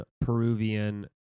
Peruvian